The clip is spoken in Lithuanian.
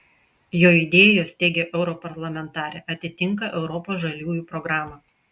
jo idėjos teigia europarlamentarė atitinka europos žaliųjų programą